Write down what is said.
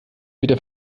wieder